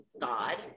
God